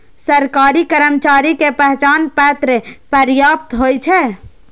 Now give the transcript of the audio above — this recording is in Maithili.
सरकारी कर्मचारी के पहचान पत्र पर्याप्त होइ छै